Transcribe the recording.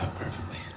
perfectly.